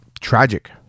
tragic